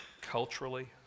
culturally